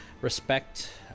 respect